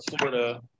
Florida